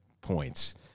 points